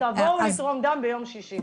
תבואו לתרום דם ביום שישי.